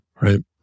Right